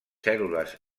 cèl·lules